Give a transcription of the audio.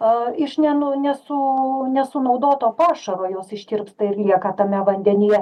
a iš ne nu nesu nesunaudoto pašaro jos ištirpsta ir lieka tame vandenyje